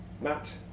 Matt